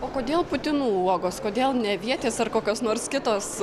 o kodėl putinų uogos kodėl ne avietės ar kokios nors kitos